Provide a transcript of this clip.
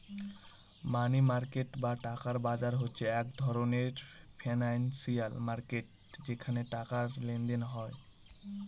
মানি market বা টাকার বাজার হচ্ছে এক ধরনের ফিনান্সিয়াল মার্কেট যেখানে টাকার লেনদেন হয়